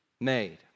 made